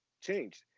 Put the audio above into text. changed